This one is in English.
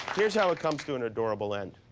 here's how it comes to an adorable end.